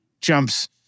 jumps